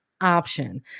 option